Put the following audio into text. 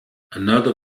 another